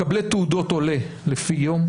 מקבלי תעודות עולה לפי יום.